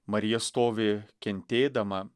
marija stovi kentėdama